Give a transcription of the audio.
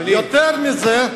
יותר מזה,